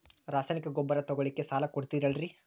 ರಾಸಾಯನಿಕ ಗೊಬ್ಬರ ತಗೊಳ್ಳಿಕ್ಕೆ ಸಾಲ ಕೊಡ್ತೇರಲ್ರೇ?